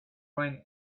ran